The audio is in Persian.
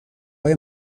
های